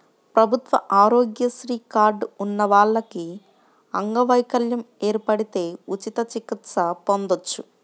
ప్రభుత్వ ఆరోగ్యశ్రీ కార్డు ఉన్న వాళ్లకి అంగవైకల్యం ఏర్పడితే ఉచిత చికిత్స పొందొచ్చు